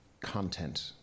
content